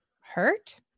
hurt